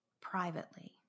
privately